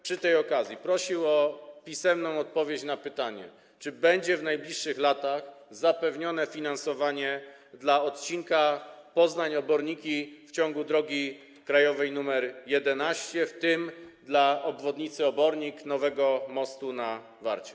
Przy tej okazji proszę o pisemną odpowiedź na pytanie: Czy będzie w najbliższych latach zapewnione finansowanie dla odcinka Poznań - Oborniki w ciągu drogi krajowej nr 11, w tym dla obwodnicy Obornik, nowego mostu na Warcie?